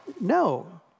No